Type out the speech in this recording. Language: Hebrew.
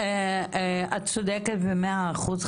את צודקת במאה אחוז,